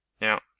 Now